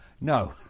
no